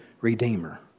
redeemer